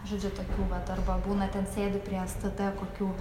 žodžiu tokių vat arba būna ten sėdi prie stt kokių